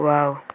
wow